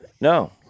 No